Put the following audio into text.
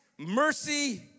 Mercy